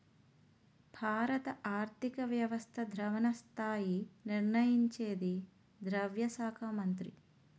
భారత ఆర్థిక వ్యవస్థ ద్రవణ స్థాయి నిర్ణయించేది ద్రవ్య శాఖ మంత్రి